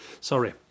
Sorry